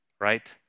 right